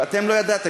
ואתם לא ידעתם.